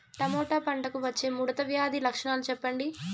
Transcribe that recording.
Tomato పంటకు వచ్చే ముడత వ్యాధి లక్షణాలు చెప్పండి?